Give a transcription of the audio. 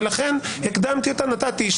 ולכן הקדמתי אותה ונתתי,